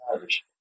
Irish